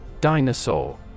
Dinosaur